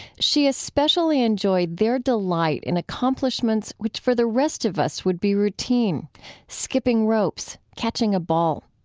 she especially enjoyed their delight in accomplishments which for the rest of us would be routine skipping ropes, catching a ball.